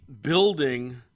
building